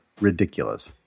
Ridiculous